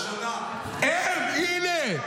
כמה זמן?